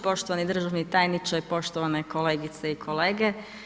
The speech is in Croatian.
Poštovani državni tajniče, poštovane kolegice i kolege.